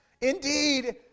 indeed